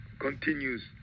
continues